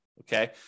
Okay